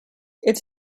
its